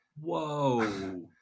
Whoa